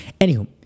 Anywho